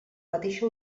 mateixa